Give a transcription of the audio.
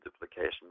duplication